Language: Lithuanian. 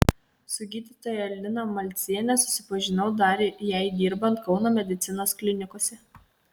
su gydytoja lina malciene susipažinau dar jai dirbant kauno medicinos klinikose